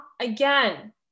again